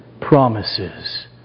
promises